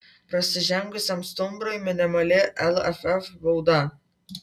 prasižengusiam stumbrui minimali lff bauda